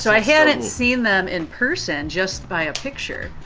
so i hadn't seen them in person, just by a picture.